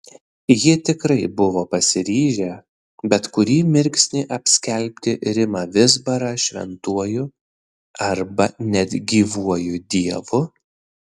jie tikrai buvo pasiryžę bet kurį mirksnį apskelbti rimą vizbarą šventuoju arba net gyvuoju dievu